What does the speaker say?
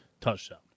touchdown